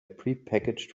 prepackaged